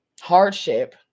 hardship